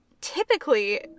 typically